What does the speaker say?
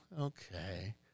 okay